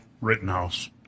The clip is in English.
Rittenhouse